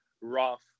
rough